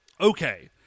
Okay